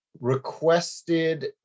requested